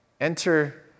Enter